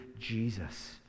Jesus